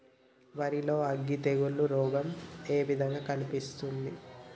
వరి లో అగ్గి తెగులు రోగం ఏ విధంగా కనిపిస్తుంది?